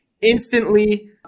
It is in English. Instantly